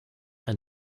ein